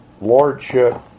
lordship